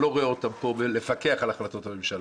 אני לא רואה אותם פה כדי לפקח על החלטות הממשלה.